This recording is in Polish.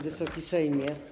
Wysoki Sejmie!